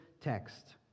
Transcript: text